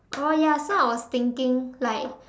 oh ya so I was thinking like